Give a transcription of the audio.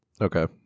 Okay